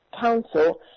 Council